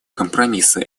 компромисса